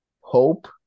hope